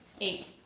Eight